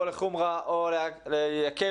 או תחמיר או תקל,